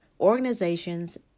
organizations